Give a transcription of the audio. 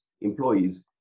employees